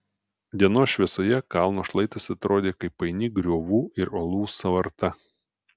dienos šviesoje kalno šlaitas atrodė kaip paini griovų ir uolų sąvarta